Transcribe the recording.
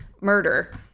murder